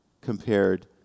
compared